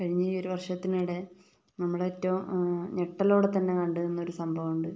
കഴിഞ്ഞ ഈ ഒരു വർഷത്തിനിടെ നമ്മളേറ്റവും ഞെട്ടലോടെ തന്നെ കണ്ട് നിന്ന ഒരു സംഭവം ഉണ്ട്